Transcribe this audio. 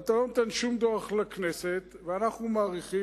אבל אתה לא נותן שום דוח לכנסת, ואנחנו מעריכים.